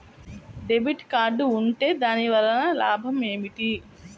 Debit card ఉంటే దాని వలన లాభం ఏమిటీ?